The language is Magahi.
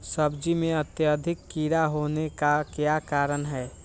सब्जी में अत्यधिक कीड़ा होने का क्या कारण हैं?